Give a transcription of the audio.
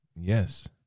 Yes